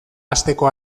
hasteko